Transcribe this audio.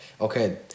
okay